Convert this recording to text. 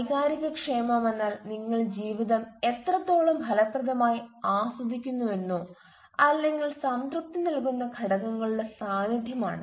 വൈകാരിക ക്ഷേമമെന്നാൽ നിങ്ങൾ ജീവിതം എത്രത്തോളം ഫലപ്രദമായി ആസ്വദിക്കുന്നുവെന്നോ അല്ലെങ്കിൽ സംതൃപ്തി നൽകുന്ന ഘടകങ്ങളുടെ സാന്നിധ്യമാണ്